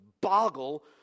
boggle